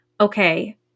okay